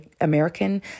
American